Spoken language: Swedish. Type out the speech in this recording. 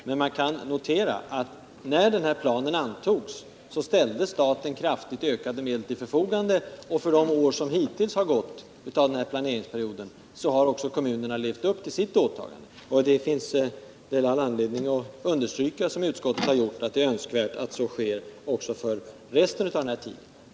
Det kan dock noteras att staten när planen antogs ställde kraftigt ökade medel till förfogande och att kommunerna, för de år av planeringsperioden som hittills har gått, också har levt upp till sitt åtagande. Det finns anledning att understryka, såsom utskottet har gjort, att det är önskvärt att så sker även för resten av tiden.